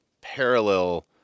parallel